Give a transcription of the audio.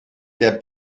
der